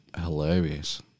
hilarious